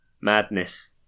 Madness